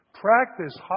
Practice